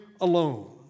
alone